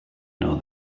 know